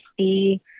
see